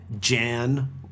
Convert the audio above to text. Jan